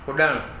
कुड॒ण